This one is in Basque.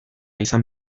izan